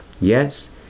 Yes